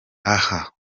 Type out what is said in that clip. aha